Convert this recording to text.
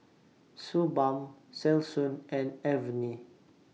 Suu Balm Selsun and Avene